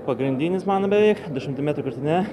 pagrindinis man beveik du šimtai metrų krūtine